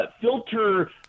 filter